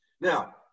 Now